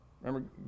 Remember